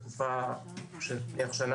ובתקופה שאחר כך.